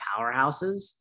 powerhouses